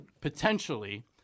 potentially